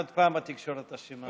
עוד פעם התקשורת אשמה.